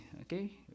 okay